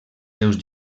seus